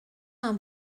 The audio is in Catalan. amb